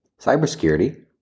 cybersecurity